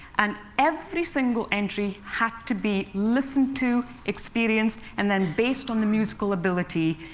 and every single entry had to be listened to, experienced, and then, based on the musical ability,